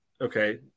okay